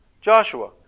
Joshua